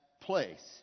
place